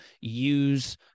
use